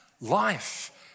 life